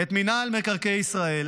את מנהל מקרקעי ישראל,